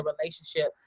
relationship